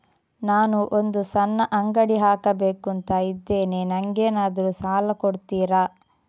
ನಾನು ಒಂದು ಸಣ್ಣ ಅಂಗಡಿ ಹಾಕಬೇಕುಂತ ಇದ್ದೇನೆ ನಂಗೇನಾದ್ರು ಸಾಲ ಕೊಡ್ತೀರಾ?